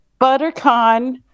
Buttercon